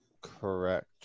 Correct